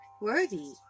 worthy